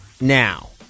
now